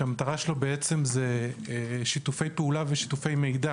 שמטרתו שיתופי פעולה ושיתופי מידע